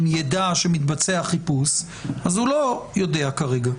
ידע שמתבצע החיפוש אז הוא לא יודע כרגע.